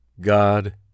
God